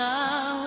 Now